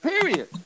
Period